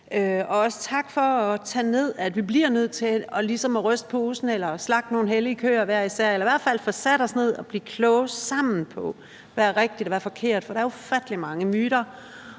Også tak for at tage ned, at vi bliver nødt til ligesom at ryste posen eller at slagte nogen hellige køer hver især eller i hvert fald få sat os ned og blive kloge sammen på, hvad der er rigtigt, og hvad der er forkert, for der er ufattelig mange myter